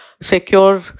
secure